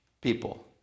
people